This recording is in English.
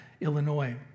Illinois